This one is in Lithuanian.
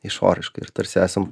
išoriškai tarsi esam